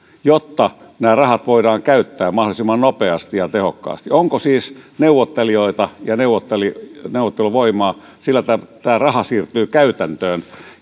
jotta nämä rahat voidaan käyttää mahdollisimman nopeasti ja tehokkaasti onko siis neuvottelijoita ja neuvotteluvoimaa jolla tämä raha siirtyy käytäntöön